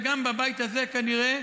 וגם בבית הזה כנראה,